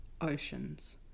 oceans